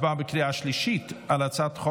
התשפ"ד 2024. הצבעה.